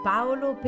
Paolo